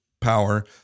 power